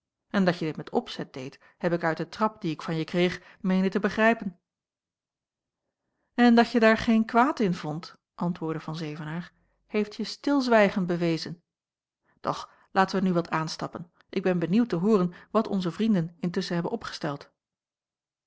en dat je dit met opzet deedt heb ik uit den trap dien ik van je kreeg meenen te begrijpen en dat je daar geen kwaad in vondt antwoordde van zevenaer heeft je stilzwijgen bewezen doch laten wij nu wat aanstappen ik ben benieuwd te hooren wat onze vrienden intusschen hebben opgesteld